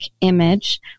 image